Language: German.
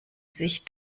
sich